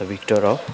the victor of